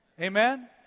Amen